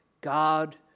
God